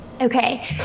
Okay